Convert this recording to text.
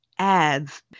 Ads